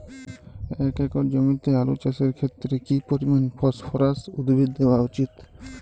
এক একর জমিতে আলু চাষের ক্ষেত্রে কি পরিমাণ ফসফরাস উদ্ভিদ দেওয়া উচিৎ?